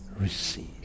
receive